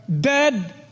dead